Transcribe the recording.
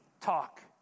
talk